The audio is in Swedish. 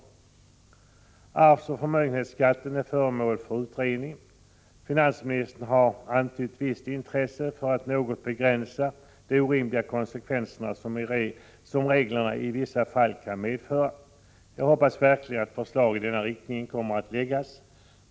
Arvsoch förmögenhetsbeskattningen är föremål för utredning. Finansministern har antytt ett visst intresse för att något begränsa de orimliga konsekvenser som reglerna i vissa fall kan medföra. Jag hoppas verkligen att förslag i denna riktning kommer att läggas fram.